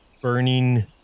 burning